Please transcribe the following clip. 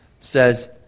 says